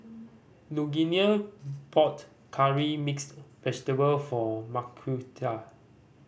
Lugenia bought Curry Mixed Vegetable for Marquita